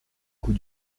coups